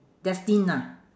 destined ah